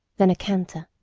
then a canter,